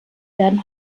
werden